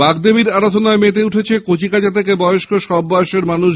বাগদেবীর আরাধনায় সেজে উঠেছে কচিকাঁচা থেকে বয়স্ক সব বয়সের মানুষ